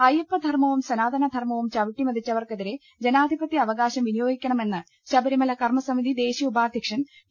അയ്യപ്പ ധർമവും സനാതന ധർമവും ചവിട്ടിമെതിച്ചവർക്കെതിരെ ജനാധിപത്യ അവകാശം വിനിയോഗിക്കണമെന്ന് ശബരിമല കർമ സമിതി ദേശീയ ഉപാധ്യക്ഷൻ ടി